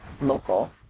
local